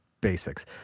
basics